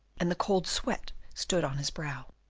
and the cold sweat stood on his brow.